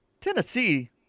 Tennessee